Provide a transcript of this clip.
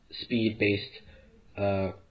speed-based